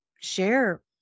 share